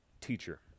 teacher